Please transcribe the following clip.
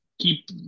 keep